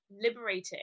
liberating